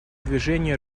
движение